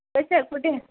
Excel कुठे